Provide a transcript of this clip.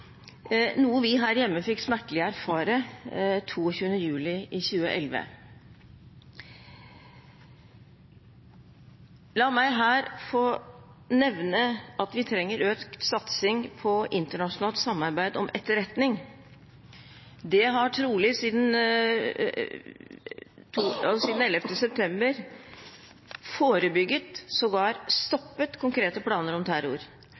noe vi her hjemme smertelig fikk erfare 22. juli 2011. La meg her få nevne at vi trenger økt satsing på internasjonalt samarbeid om etterretning. Det har trolig, siden 11. september, forebygget og sågar stoppet konkrete planer om terror.